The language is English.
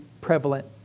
prevalent